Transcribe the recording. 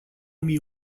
mii